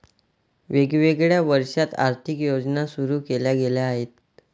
वेगवेगळ्या वर्षांत आर्थिक योजना सुरू केल्या गेल्या आहेत